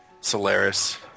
Solaris